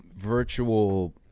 virtual